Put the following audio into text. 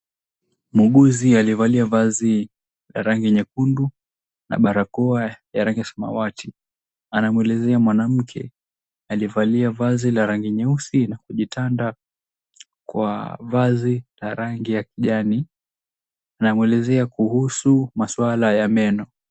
Mwuguzi aliyevalia vazi la rangi nyekundu na barakoa ya rangi ya samawati anamwelezea mwanamke aliyevalia vazi la rangi nyeusi na kujitanda kwa vazi la rangi ya kijani. Anamwelezea kuhusu maswala ya meno.